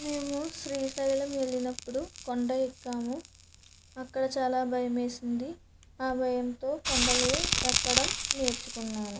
మేము శ్రీశైలం వెళ్ళిన అప్పుడు కొండ ఎక్కాము అక్కడ చాలా భయం వేసింది ఆ భయంతో కొండలు ఎక్కడం నేర్చుకున్నాను